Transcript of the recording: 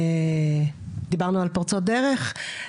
דיברנו על פורצות דרך,